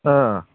ꯑꯥ